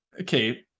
okay